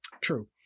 True